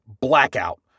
blackout